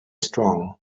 strong